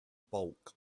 bulk